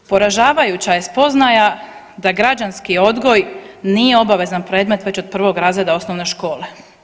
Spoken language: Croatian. Poražavajuća je spoznaja da građanski odgoj nije obvezan predmet već od 1. razreda osnovne škole.